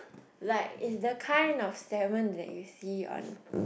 like it's the kind of salmon that you see on